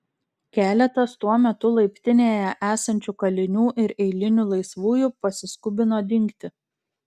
keletas tuo metu laiptinėje esančių kalinių ir eilinių laisvųjų pasiskubino dingti